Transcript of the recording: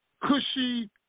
cushy